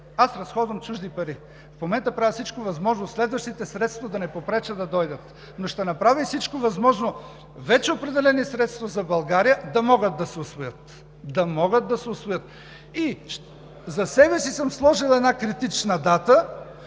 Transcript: Аз разходвам чужди пари. В момента правя всичко възможно да не попреча следващите средства да дойдат. Но ще направя всичко възможно вече определени средства за България да могат да се усвоят. Да могат да се усвоят! За себе си съм сложил една критична дата: